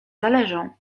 zależą